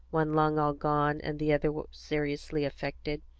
one lung all gone, and the other seriously affected.